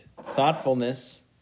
thoughtfulness